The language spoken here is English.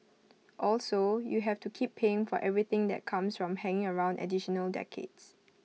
also you have to keep paying for everything that comes from hanging around additional decades